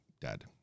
dead